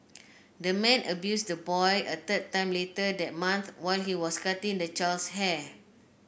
the man abused the boy a third time later that month while he was cutting the child's hair